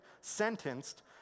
sentenced